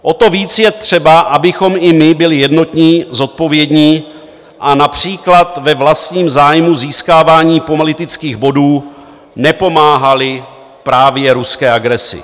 O to víc je třeba, abychom i my byli jednotní, zodpovědní a například ve vlastním zájmu získávání pomalitických bodů nepomáhali právě ruské agresi.